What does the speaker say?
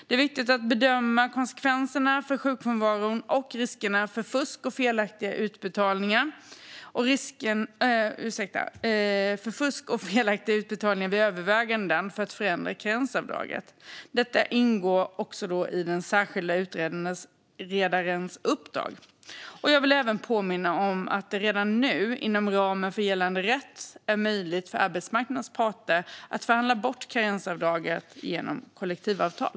Det är viktigt att bedöma konsekvenserna för sjukfrånvaro och riskerna för fusk och felaktiga utbetalningar vid överväganden om att förändra karensavdraget. Detta ingår i den särskilda utredarens uppdrag. Jag vill även påminna om att det redan nu inom ramen för gällande rätt är möjligt för arbetsmarknadens parter att förhandla bort karensavdraget genom kollektivavtal.